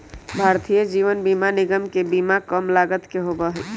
भारतीय जीवन बीमा निगम के बीमा कम लागत के होबा हई